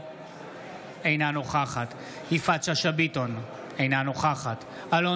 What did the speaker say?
אינה נוכחת יפעת שאשא ביטון, אינה נוכחת אלון